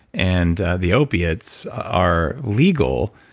and the opiates are legal,